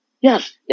yes